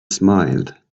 smiled